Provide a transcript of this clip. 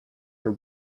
her